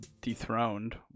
dethroned